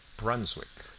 brunswick.